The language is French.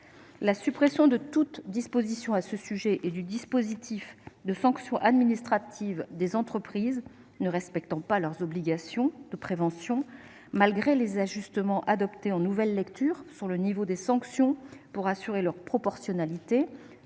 La suppression de toute disposition à ce sujet et celle du dispositif de sanctions administratives des entreprises ne respectant pas leurs obligations de prévention, malgré les ajustements adoptés en nouvelle lecture sur le niveau des sanctions pour assurer leur proportionnalité,